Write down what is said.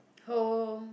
home